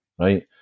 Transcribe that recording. right